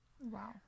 Wow